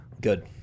Good